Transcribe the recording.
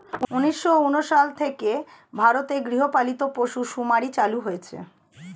উন্নিশো উনিশ সাল থেকে ভারতে গৃহপালিত পশু শুমারি চালু হয়েছে